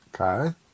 Okay